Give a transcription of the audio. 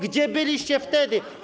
Gdzie byliście wtedy?